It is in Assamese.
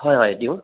হয় হয়